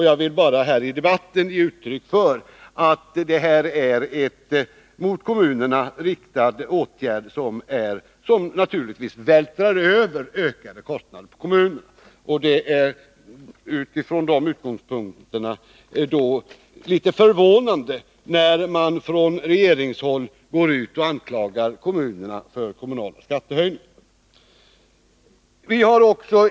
Jag vill här i dag bara ge uttryck för att detta är en mot kommunerna riktad åtgärd, som naturligtvis vältrar över ökade kostnader på kommunerna. Det är från dessa utgångspunkter litet förvånande, när man från regeringshåll anklagar kommunerna för skattehöjningar.